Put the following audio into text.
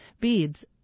Beads